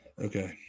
Okay